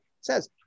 says